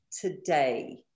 today